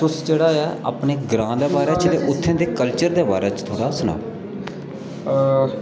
तुस जेह्ड़ा ऐ अपने ग्रांऽ दे बारे च उत्थै दे कल्चर दे बारे च थोह्ड़ा सनाओ